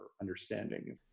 understanding